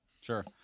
Sure